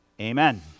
Amen